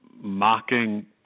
mocking